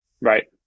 Right